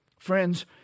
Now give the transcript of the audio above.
Friends